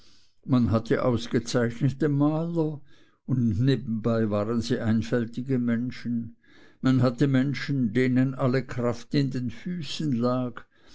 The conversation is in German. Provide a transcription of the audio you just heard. man hatte ausgezeichnete maler und nebenbei waren sie einfältige menschen man hatte menschen denen alle kraft in den füßen lag